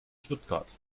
stuttgart